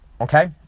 Okay